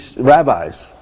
rabbis